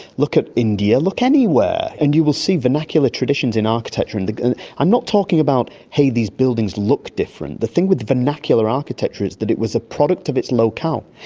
look at india, look anywhere and you will see vernacular traditions in architecture. and i'm not talking about, hey, these buildings look different. the thing with vernacular architecture is that it was a product of its locale.